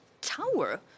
tower